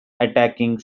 attacking